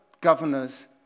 governors